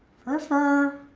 fur fur.